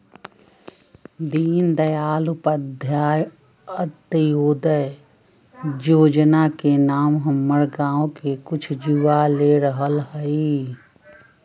दीनदयाल उपाध्याय अंत्योदय जोजना के नाम हमर गांव के कुछ जुवा ले रहल हइ